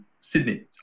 Sydney